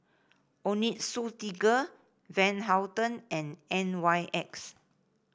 Onitsuka Tiger Van Houten and N Y X